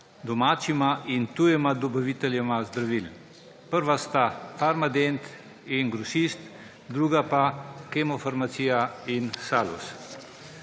domačima in tujima dobaviteljema zdravil. Prva sta Farmadent in Grosist, druga pa Kemofarmacija in Salus.